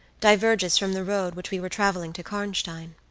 diverges from the road which we were traveling to karnstein.